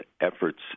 efforts